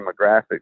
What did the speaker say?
demographics